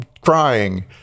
crying